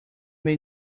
may